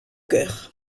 chœurs